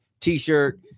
T-shirt